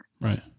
Right